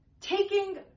taking